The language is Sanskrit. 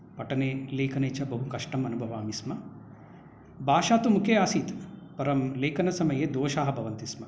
पठने लेखने च बहु कष्टम् अनुभवामि स्म भाषा तु मुखे आसीत् परं लेखनसमये दोषाः भवन्ति स्म